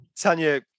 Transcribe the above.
Tanya